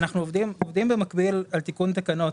אנחנו עובדים במקביל על תיקון תקנות.